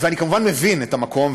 ואני כמובן מבין את המקום,